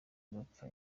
bapfa